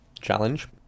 Challenge